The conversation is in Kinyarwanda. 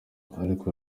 ariko